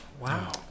Wow